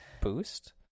boost